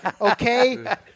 Okay